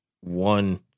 one